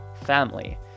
family